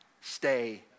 stay